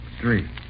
Three